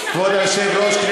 כבוד היושב-ראש,